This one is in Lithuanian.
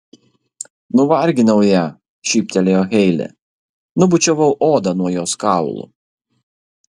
nuvarginau ją šyptelėjo heile nubučiavau odą nuo jos kaulų